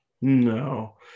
No